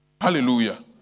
Hallelujah